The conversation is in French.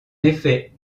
effet